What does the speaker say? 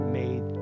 made